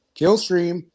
Killstream